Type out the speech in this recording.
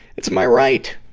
it's my right!